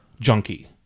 junkie